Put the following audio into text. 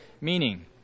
meaning